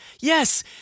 Yes